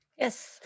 Yes